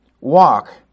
Walk